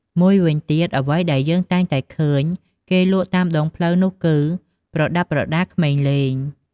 មួយវិញទៀត អ្វីដែលយើងតែងតែឃើញគេលក់តាមដងផ្លូវនោះគឺ ប្រដាប់ប្រដាក្មេងលេង។